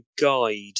guide